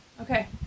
Okay